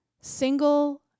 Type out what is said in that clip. single